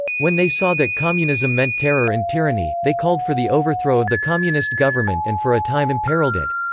when they saw that communism meant terror and tyranny, they called for the overthrow of the communist government and for a time imperiled it.